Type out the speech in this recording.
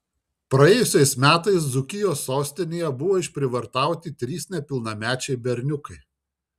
praėjusiais metais dzūkijos sostinėje buvo išprievartauti trys nepilnamečiai berniukai